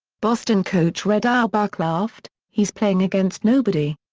boston coach red auerbach laughed, he's playing against nobody.